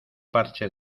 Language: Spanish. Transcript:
parche